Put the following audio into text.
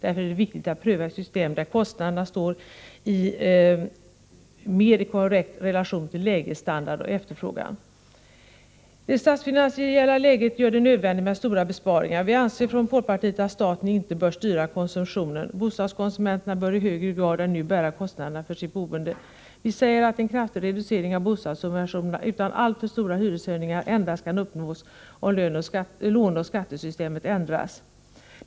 Därför är det viktigt att pröva ett system, där kostnaden står i mer korrekt relation till läge, standard och eftefrågan. Det statsfinansiella läget gör det nödvändigt med stora besparingar. Vi anser också från folkpartiet att staten inte bör styra konsumtionen. Bostadskonsumenterna bör i högre grad än nu bära kostnaderna för sitt boende. Vi säger att en kraftig reducering av bostadssubventionerna utan alltför stora hyreshöjningar endast kan uppnås om låneoch skattesystemet ändras.